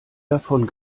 davon